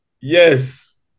Yes